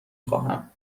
خواهم